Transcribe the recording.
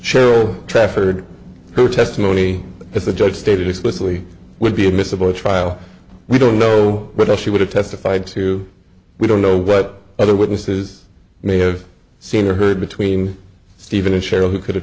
cheryl trafford who testimony as the judge stated explicitly would be admissible at trial we don't know what else she would have testified to we don't know what other witnesses may have seen or heard between stephen and cheryl who could have